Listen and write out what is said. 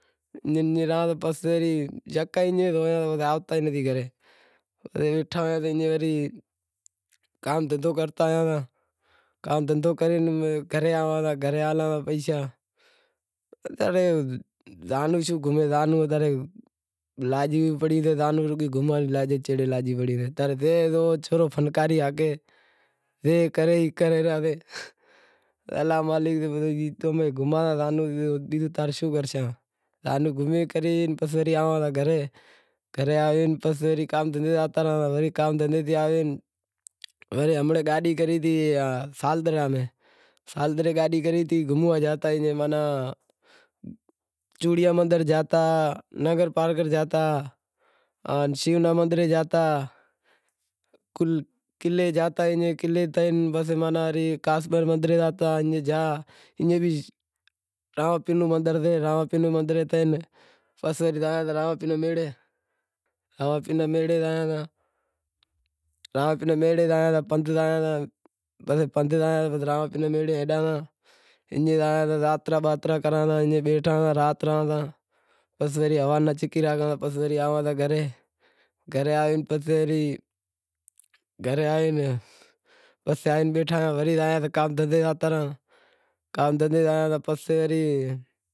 پسے یکا ایئں تھی آوتا ئی نتھی گھرے ایئں بیٹھا ساں، کام دہندہو کراں کام دہندہو کرے گھرے ہالاں گھرے گھومے کرے پسے آواں گھرے، گھرے آوے پسے کام دہندہے ماتھے زاوتا رہاں کام دہندہے تے آوے پسے امڑے گاڈی کری تی ساڑدہرے میں، ساڑدہرے گاڈی کری ہتی گھوموا جاوتا ماناں چوڑیا مندر جاوتا ننگرپارکر جاوتا، آن شو رے مندر جاوتا قلعے جاتا ایئں قلعے تئیں پسے کاسبے مندرے جاوتا ایئں راماپیر رو مندر سے راماپیر رے مندرے تھئے پسے زاواں تا راماپیر رے میڑے، راماپیر رے میڑے زاواں تا، راماپیر رے میڑے زایاں تا پندہ زایاں تا، پسے راماپیر رے میڑے ایئں زاترا باترا کراں تا ایئں بیٹھا آں رات رہاں تا ۔ پسے چھکی راکھاں تا پسے آواں تا گھرے آوے بیٹھا رہاں، پسے کام دہندہے زاوتا رہاں۔